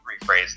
rephrase